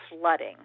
flooding